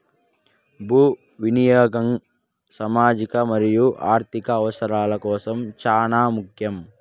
భూ వినియాగం సామాజిక మరియు ఆర్ధిక అవసరాల కోసం చానా ముఖ్యం